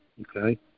okay